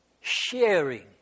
sharing